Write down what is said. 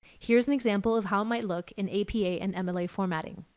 here's an example of how it might look in apa and mla formatting.